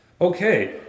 Okay